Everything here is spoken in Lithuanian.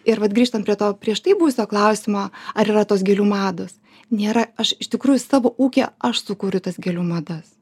ir vat grįžtant prie to prieš tai buvusio klausimo ar yra tos gėlių mados nėra aš iš tikrųjų savo ūkyje aš sukuriu tas gėlių madas